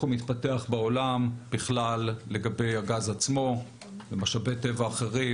ומתפתח בעולם לגבי הגז עצמו ומשאבי טבע אחרים,